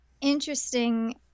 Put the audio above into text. interesting